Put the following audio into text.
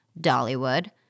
Dollywood